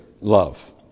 love